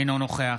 אינו נוכח